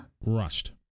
Rushed